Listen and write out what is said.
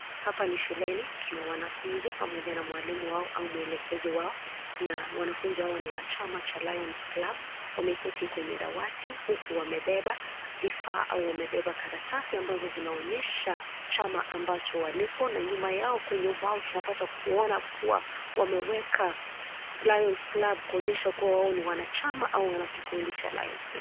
Hapa ni shuleni. Tuna wanafunzi pamoja na mwalimu wao au mwelegezi wao na wanafunzi hawa ni wa chama cha Lion's Club. Wameketi kwenye dawati huku wamebeba vifaa au wamebeba karatasi ambazo zinaonyesha chama ambacho walipo na nyuma yao kwenye ubao tunapata kuona kuwa wameweka Lion's Club kuonyesha kuwa wao ni Wanachama au wanakikundi cha Lion's Club.